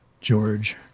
George